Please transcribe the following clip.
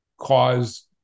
cause